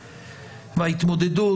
וההתמודדות,